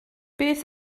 beth